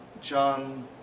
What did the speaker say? John